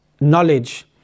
knowledge